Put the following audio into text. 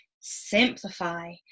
simplify